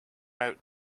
out